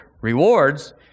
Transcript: rewards